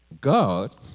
God